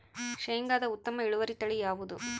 ಶೇಂಗಾದ ಉತ್ತಮ ಇಳುವರಿ ತಳಿ ಯಾವುದು?